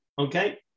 Okay